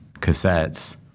cassettes